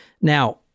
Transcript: now